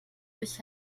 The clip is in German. durch